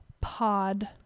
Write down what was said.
Pod